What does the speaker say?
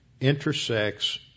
intersects